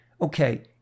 okay